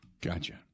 Gotcha